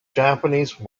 japanese